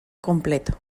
completo